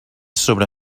sobre